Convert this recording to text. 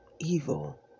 evil